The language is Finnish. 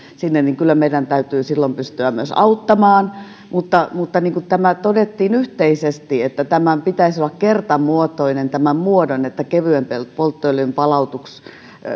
sanoa niin kyllä meidän täytyy silloin pystyä myös auttamaan mutta mutta niin kuin todettiin yhteisesti tämän korvausmuodon pitäisi olla kertamuotoinen että kevyen polttoöljyn palautuksella